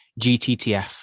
GTTF